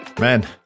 Man